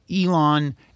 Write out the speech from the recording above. Elon